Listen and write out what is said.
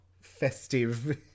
festive